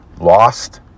lost